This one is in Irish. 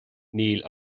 níl